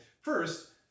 first